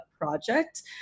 project